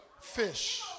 fish